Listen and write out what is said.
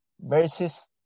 verses